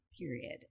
period